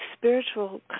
spiritual